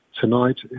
tonight